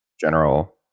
general